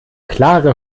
klare